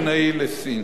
של מתן וילנאי לסין.